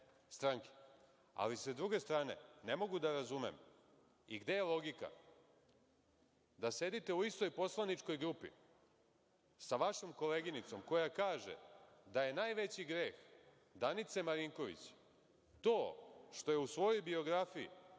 Ali, s druge strane, ne mogu da razumem i gde je logika da sedite u istoj poslaničkoj grupi sa vašom koleginicom koja kaže da je najveći greh Danice Marinković to što je u svojoj biografiji,